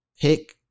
pick